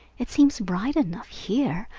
it seems bright enough here,